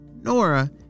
Nora